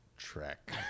Trek